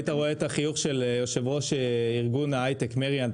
היית רואה את החיוך של יושב-ראש ארגון היי-טק מריאן,